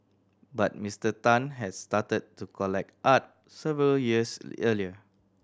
but Mister Tan has started to collect art several years earlier